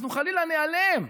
אנחנו חלילה ניעלם.